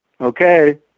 Okay